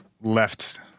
left